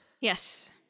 Yes